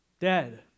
dead